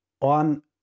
on